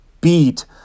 beat